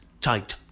tight